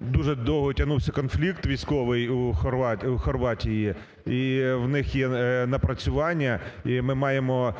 дуже довго тягнувся конфлікт військовий у Хорватії і в них є напрацювання, і ми маємо